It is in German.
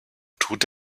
tut